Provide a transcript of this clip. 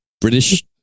British